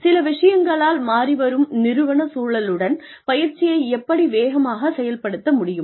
சில விஷயங்களால் மாறிவரும் நிறுவனச் சூழலுடன் பயிற்சியை எப்படி வேகமாக செயல்படுத்த முடியும்